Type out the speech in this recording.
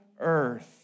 earth